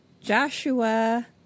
Joshua